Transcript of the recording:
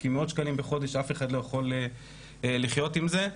כי מאות שקלים בחודש אף אחד לא יכול לחיות עם זה.